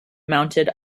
mounted